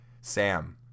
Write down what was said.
Sam